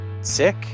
sick